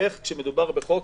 איך כשמדובר בחוק,